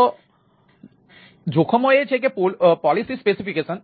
તેથી જોખમો એ છે કે પોલિસી સ્પેસિફિકેશન